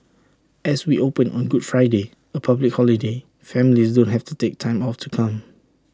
as we open on good Friday A public holiday families don't have to take time off to come